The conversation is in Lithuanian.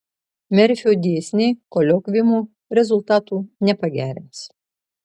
merfio dėsniai koliokviumų rezultatų nepagerins